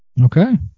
Okay